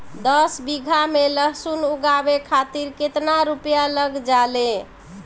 दस बीघा में लहसुन उगावे खातिर केतना रुपया लग जाले?